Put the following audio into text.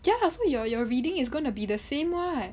ya so you're you're reading is gonna be the same [what]